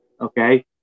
okay